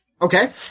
Okay